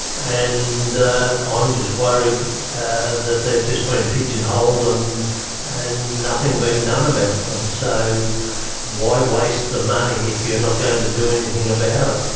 and i'm um just worried that they've just been pigeon-holed and and nothing been done about them. so why waste the money if you're not going to do anything about it?